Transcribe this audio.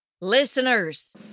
Listeners